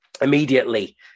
immediately